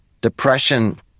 depression